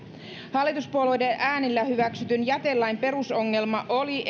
hallituspuolueiden äänillä hyväksytyn jätelain perusongelma oli